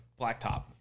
blacktop